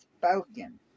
spoken